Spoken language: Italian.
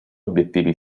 obiettivi